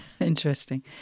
Interesting